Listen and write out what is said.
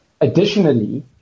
additionally